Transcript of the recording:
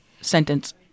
sentence